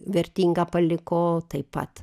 vertingą paliko taip pat